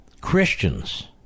Christians